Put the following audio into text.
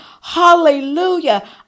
Hallelujah